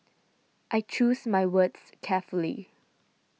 I choose my words carefully